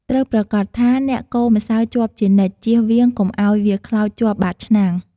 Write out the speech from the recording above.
ត្រូវប្រាកដថា អ្នកកូរម្សៅជាប់ជានិច្ច ជៀសវាងកុំឱ្យវាខ្លោចជាប់បាតឆ្នាំង។